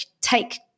take